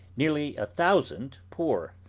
nearly a thousand poor.